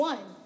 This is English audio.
One